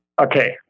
Okay